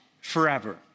forever